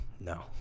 no